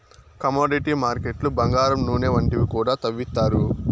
commodity మార్కెట్లు బంగారం నూనె వంటివి కూడా తవ్విత్తారు